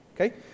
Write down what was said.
okay